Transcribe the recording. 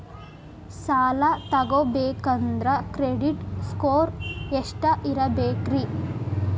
ಸಾಲ ತಗೋಬೇಕಂದ್ರ credit score ಎಷ್ಟ ಇರಬೇಕ್ರಿ?